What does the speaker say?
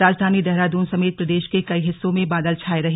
राजधानी देहरादून समेत प्रदेश के कई हिस्सों में बादल छाये रहे